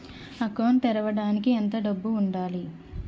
Account తెరవడానికి ఎంత డబ్బు ఉండాలి?